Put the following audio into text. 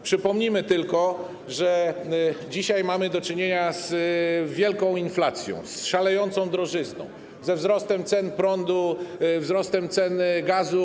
Przypomnijmy tylko, że dzisiaj mamy do czynienia z wielką inflacją, szalejącą drożyzną, ze wzrostem cen prądu, wzrostem cen gazu.